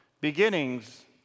Beginnings